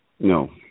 No